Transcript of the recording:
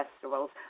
festivals